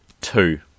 two